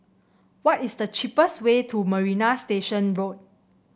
what is the cheapest way to Marina Station Road